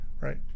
Right